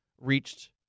reached